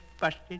busted